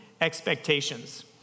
expectations